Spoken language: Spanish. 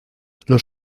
los